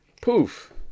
Poof